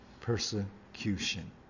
persecution